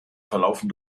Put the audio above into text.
verlaufen